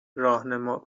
راهنما